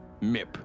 Mip